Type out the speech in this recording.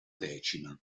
decima